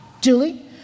Julie